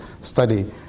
study